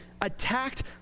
attacked